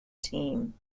team